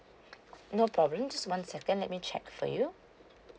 no problem so one second let me check for you